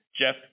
Jeff